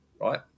right